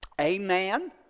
amen